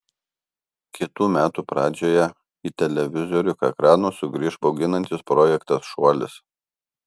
kitų metų pradžioje į televizorių ekranus sugrįš bauginantis projektas šuolis